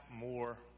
more